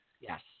Yes